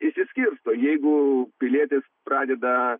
išsiskirsto jeigu pilietis pradeda